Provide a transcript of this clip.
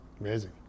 Amazing